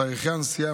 תאריכי הנסיעה,